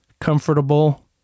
comfortable